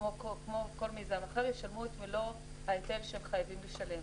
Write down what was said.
כמו כל מיזם אחר ישלמו את מוא הההיטל שהם חייבים לשלם,